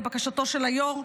לבקשתו של היו"ר.